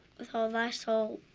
with all thy soul,